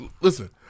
Listen